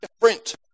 different